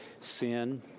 sin